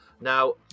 Now